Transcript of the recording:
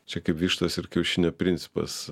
čia kaip vištos ir kiaušinio principas